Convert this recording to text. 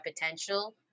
potential